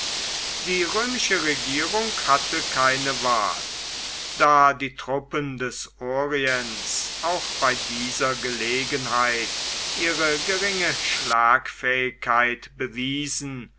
die römische regierung hatte keine wahl da die truppen des orients auch bei dieser gelegenheit ihre geringe schlagfähigkeit bewiesen